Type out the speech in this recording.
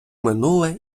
минуле